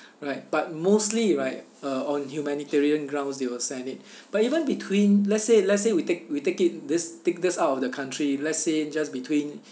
right but mostly right uh on humanitarian grounds they will send it but even between let's say let's say we take we take it this take this out of the country let's say just between